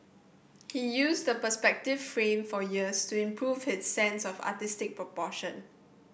he used the perspective frame for years to improve his sense of artistic proportion